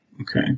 Okay